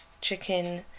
chicken